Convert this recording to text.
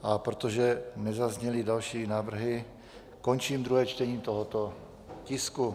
A protože nezazněly další návrhy, končím druhé čtení tohoto tisku.